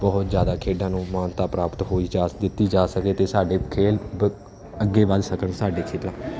ਬਹੁਤ ਜ਼ਿਆਦਾ ਖੇਡਾਂ ਨੂੰ ਮਾਨਤਾ ਪ੍ਰਾਪਤ ਹੋਈ ਜਾਂ ਦਿੱਤੀ ਜਾ ਸਕੇ ਅਤੇ ਸਾਡੀ ਖੇਡ ਬ ਅੱਗੇ ਵਧ ਸਕਣ ਸਾਡੇ ਖੇਤਰ